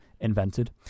invented